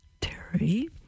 Terry